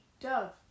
dove